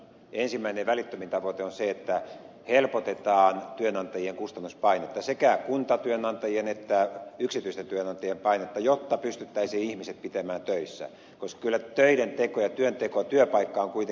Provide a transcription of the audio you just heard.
ensimmäinen välittömin tavoite on se että helpotetaan työnantajien kustannuspainetta sekä kuntatyönantajien että yksityisten työnantajien painetta jotta pystyttäisiin ihmiset pitämään töissä koska kyllä työnteko ja työpaikka on kuitenkin se paras sosiaaliturva